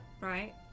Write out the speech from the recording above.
Right